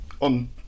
on